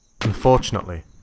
Unfortunately